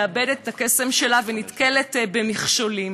מאבדת את הקסם שלה ונתקלת במכשולים.